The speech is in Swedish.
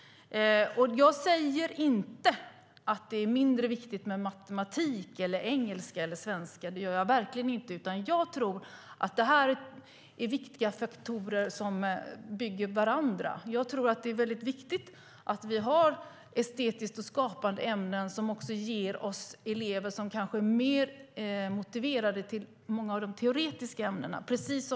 Jag säger inte att det är mindre viktigt med matematik, engelska eller svenska, utan jag tror att detta är viktiga faktorer som bygger varandra. Estetiska och skapande ämnen kan göra elever mer motiverade när det gäller många av de teoretiska ämnena.